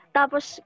tapos